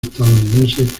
estadounidense